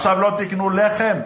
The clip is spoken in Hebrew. עכשיו לא תקנו לחם?